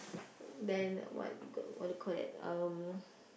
then what what you called that um